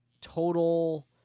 total